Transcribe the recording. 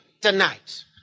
tonight